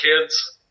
kids